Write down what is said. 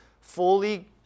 fully